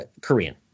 Korean